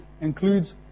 includes